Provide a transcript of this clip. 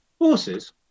Horses